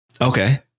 Okay